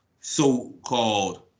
so-called